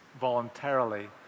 voluntarily